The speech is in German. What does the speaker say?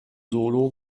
solo